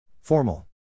Formal